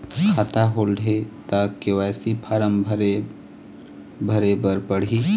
खाता होल्ड हे ता के.वाई.सी फार्म भरे भरे बर पड़ही?